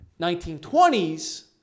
1920s